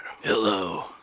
Hello